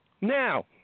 Now